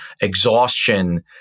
exhaustion